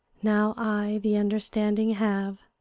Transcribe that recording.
now i the understanding have.